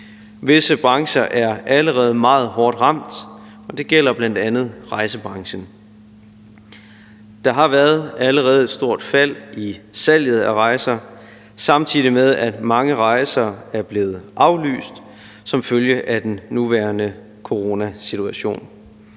Visse brancher er allerede meget hårdt ramt, og det gælder bl.a. rejsebranchen. Der har allerede været et stort fald i salget af rejser, samtidig med at mange rejser er blevet aflyst som følge af den nuværende coronasituation.